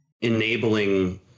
enabling